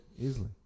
easily